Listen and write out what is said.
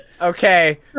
Okay